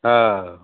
हा